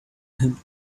him